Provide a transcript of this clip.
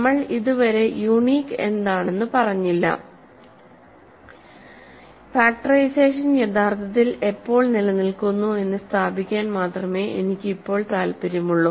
നമ്മൾ ഇതുവരെ യുണീക് എന്താണെന്നു പറഞ്ഞില്ല ഫാക്റ്ററൈസേഷൻ യഥാർത്ഥത്തിൽ എപ്പോൾ നിലനിൽക്കുന്നു എന്ന് സ്ഥാപിക്കാൻ മാത്രമേ എനിക്ക് ഇപ്പോൾ താൽപ്പര്യമുള്ളൂ